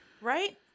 Right